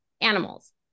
animals